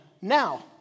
now